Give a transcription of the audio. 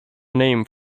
name